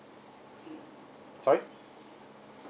sorry